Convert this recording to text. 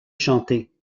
chantés